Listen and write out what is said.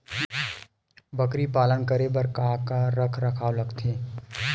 बकरी पालन करे बर काका रख रखाव लगथे?